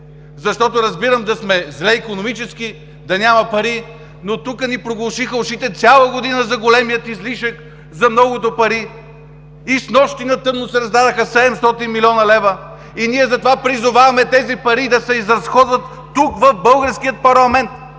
Защото разбирам да сме зле икономически, да няма пари, но тук ни проглушиха ушите цяла година за големия излишък, за многото пари, а снощи на тъмно се раздадоха 700 млн. лв. Затова призоваваме тези пари да се изразходват тук, в българския парламент